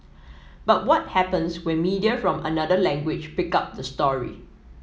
but what happens when media from another language pick up the story